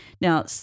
Now